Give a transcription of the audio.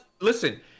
listen